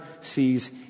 sees